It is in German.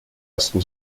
ersten